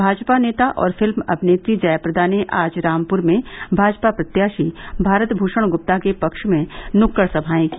भाजपा नेता और फिल्म अभिनेत्री जयाप्रदा ने आज रामपुर में भाजपा प्रत्याशी भारत भृषण गृप्ता के पक्ष में नक्कड समाये की